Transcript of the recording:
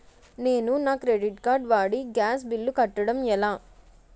నేను నా credit card వాడి గ్యాస్ బిల్లు కట్టడం ఎలా?